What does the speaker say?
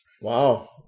wow